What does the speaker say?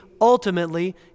ultimately